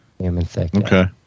okay